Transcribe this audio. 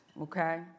okay